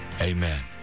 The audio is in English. amen